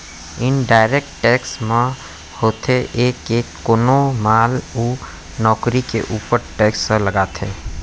indirect tax म होथे ये के कोनो माल अउ नउकरी के ऊपर टेक्स ह लगथे